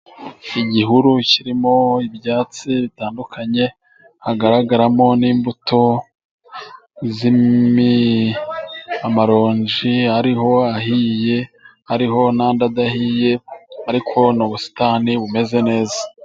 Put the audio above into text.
Igihuru kirimo ibyatsi bitandukanye，hagaragaramo n'imbuto z'amaronji，ariho，ahiye，hariho n’andi adahiye，ariko ni ubusitani bumeze neza.